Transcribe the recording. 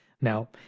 Now